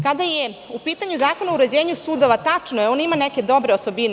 Kada je u pitanju Zakon o uređenju sudova, tačno je, on ima neke dobre osobine.